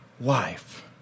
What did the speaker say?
life